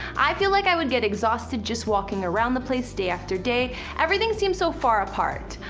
i feel like i would get exhausted just walking around the place day after day everything seems so far apart.